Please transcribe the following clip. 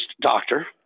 doctor